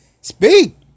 Speak